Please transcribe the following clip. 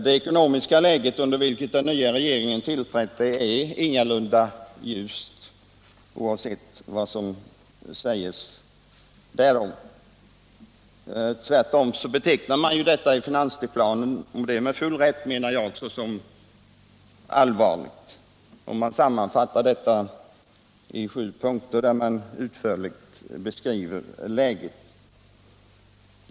Det ekonomiska läge under vilket den nya regeringen tillträtt är ingalunda ljust, oavsett vad som sägs därom. Tvärtom betecknar man det i finansplanen, och detta med full rätt, såsom allvarligt. Man sammanfattar bedömningen i sju punkter, där man utförligt beskriver lägets allvar.